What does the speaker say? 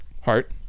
Heart